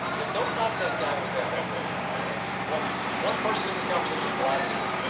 yeah don't knock that guy with fm radio, man. it's one one person in this conversation's livelihood.